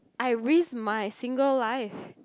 I risk my single life